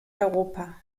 europa